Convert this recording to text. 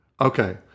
Okay